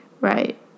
Right